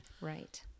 right